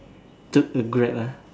took the Grab ah